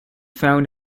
found